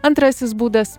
antrasis būdas